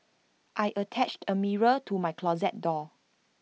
I attached A mirror to my closet door